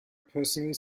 personally